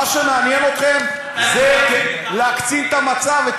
מה שמעניין אתכם זה להקצין את המצב.